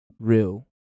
real